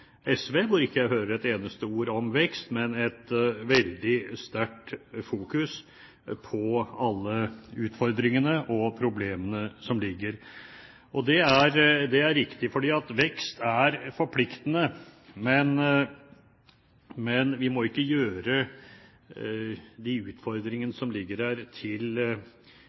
SV. Jeg hører ikke et eneste ord om vekst, men det er et veldig sterkt fokus på alle utfordringene og problemene som foreligger. Det er riktig, for vekst er forpliktende, men vi må ikke gjøre de utfordringene som ligger der, til